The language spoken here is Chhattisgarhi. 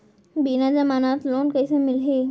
बिना जमानत लोन कइसे मिलही?